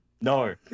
No